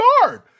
guard